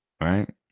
Right